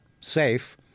safe